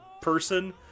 person